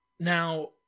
Now